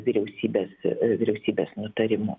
vyriausybės vyriausybės nutarimu